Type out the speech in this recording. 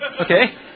Okay